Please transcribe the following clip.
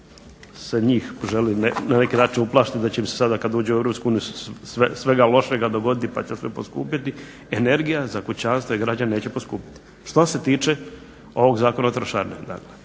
se njih želi na neki način uplašiti da će im se sada kada uđu u EU svega lošega dogoditi pa će sve poskupjeti. Energija za kućanstvo i građane neće poskupiti što se tiče ovog Zakona o trošarinama.